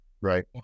Right